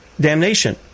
damnation